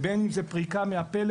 ובין אם זו פריקה מהטלפון,